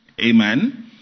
Amen